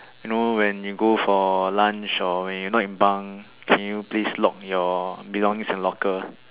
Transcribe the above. you know when you go for lunch or when you not in bunk can you please lock your belongings in locker